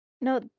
No